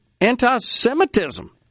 anti-Semitism